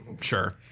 Sure